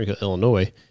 Illinois